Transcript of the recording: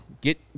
Get